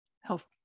health